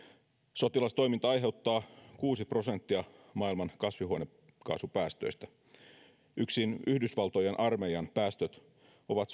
sotilastoiminta aiheuttaa kuusi prosenttia maailman kasvihuonekaasupäästöistä yksin yhdysvaltojen armeijan päästöt ovat